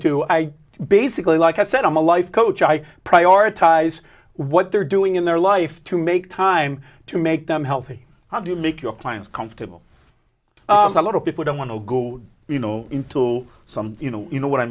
do i basically like i said i'm a life coach i prioritize what they're doing in their life to make time to make them healthy how do you make your clients comfortable a lot of people don't want to go you know in tool some you know you know what i